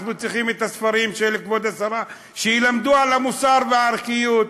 אנחנו צריכים את הספרים של כבוד השרה שילמדו על המוסר והערכיות,